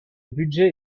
budget